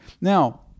Now